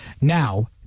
Now